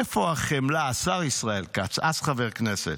"איפה החמלה?" השר ישראל כץ, אז חבר כנסת,